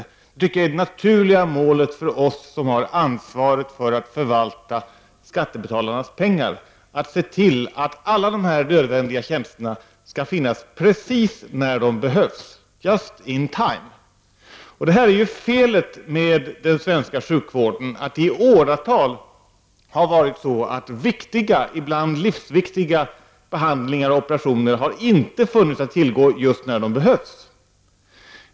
Jag tycker alltså det är det naturliga målet för oss som har ansvaret för att förvalta skattebetalarnas pengar att se till att dessa tjänster skall finnas precis då de behövs — ”just in time”. Detta är felet med den svenska sjukvården sedan åratal att viktiga och ibland livsviktiga behandlingar och operationer inte har funnits att tillgå just när de behövs.